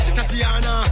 Tatiana